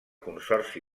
consorci